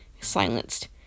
silenced